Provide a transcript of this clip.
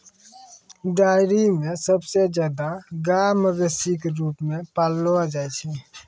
dairy म सबसे जादा गाय मवेशी क रूप म पाललो जाय छै